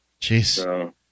Jeez